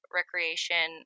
recreation